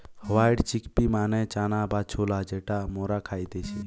white chickpea মানে চানা বা ছোলা যেটা মরা খাইতেছে